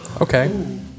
Okay